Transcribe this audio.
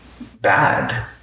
bad